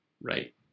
Right